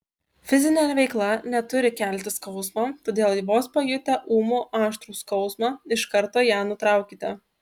fizinė veikla neturi kelti skausmo todėl vos pajutę ūmų aštrų skausmą iš karto ją nutraukite